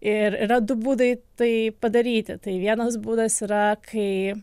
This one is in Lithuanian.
ir yra du būdai tai padaryti tai vienas būdas yra kai